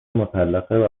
مطلقه